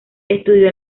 estudió